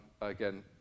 again